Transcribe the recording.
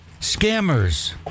scammers